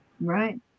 Right